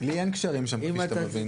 לי אין קשרים שם, כפי שאתה מבין.